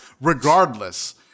regardless